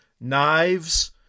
knives